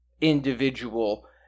individual